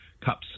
cups